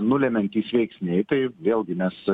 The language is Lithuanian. nulemiantys veiksniai tai vėlgi mes